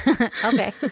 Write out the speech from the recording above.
Okay